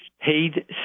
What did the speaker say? paid